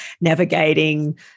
navigating